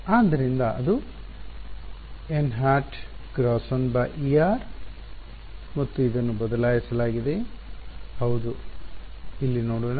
ಆದ್ದರಿಂದ ಅದು nˆ × 1 εr ಮತ್ತು ಇದನ್ನು ಬದಲಾಯಿಸಲಾಗಿದೆ ಹೌದು ಇಲ್ಲಿ ನೋಡೋಣ